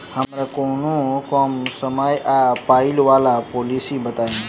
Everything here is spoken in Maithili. हमरा कोनो कम समय आ पाई वला पोलिसी बताई?